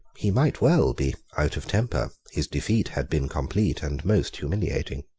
he might well be out of temper. his defeat had been complete and most humiliating.